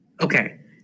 Okay